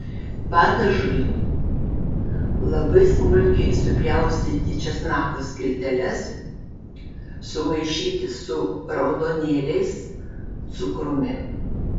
padažui labai smulkiai supjaustyti česnako skilteles sumaišyti su raudonėliais cukrumi